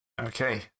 Okay